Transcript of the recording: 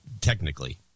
technically